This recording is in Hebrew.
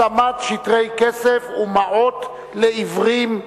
התאמת שטרי כסף ומעות לעיוורים),